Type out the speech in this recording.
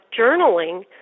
journaling